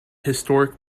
historic